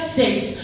States